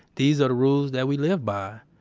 these are the rules that we live by,